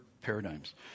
paradigms